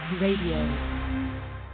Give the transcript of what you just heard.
Radio